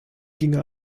ginge